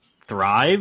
thrive